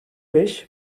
beş